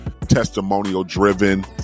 testimonial-driven